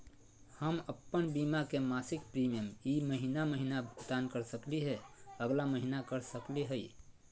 हम अप्पन बीमा के मासिक प्रीमियम ई महीना महिना भुगतान कर सकली हे, अगला महीना कर सकली हई?